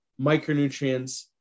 micronutrients